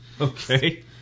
okay